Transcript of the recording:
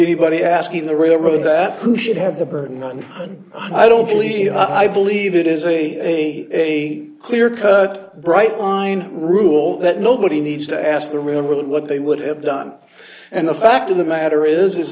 anybody asking the railroad that who should have the burden on and i don't believe i believe it is a clear cut bright line rule that nobody needs to ask the room really what they would have done and the fact of the matter is is